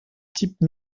type